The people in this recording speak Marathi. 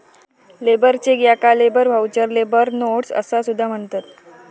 लेबर चेक याका लेबर व्हाउचर, लेबर नोट्स असा सुद्धा म्हणतत